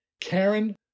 Karen